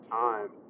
time